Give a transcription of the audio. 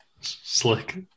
Slick